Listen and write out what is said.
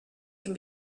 can